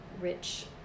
rich